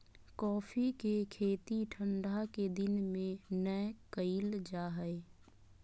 coffee के खेती ठंढा के दिन में नै कइल जा हइ